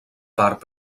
part